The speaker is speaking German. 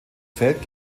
feld